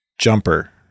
Jumper